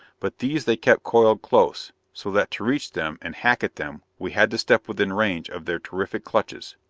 but these they kept coiled close, so that to reach them and hack at them we had to step within range of their terrific clutches.